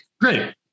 Great